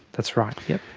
that's right, yes.